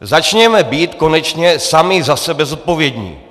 Začněme být konečně sami za sebe zodpovědní.